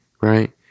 right